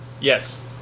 Yes